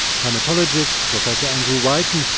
primatologist professor andrew whiten,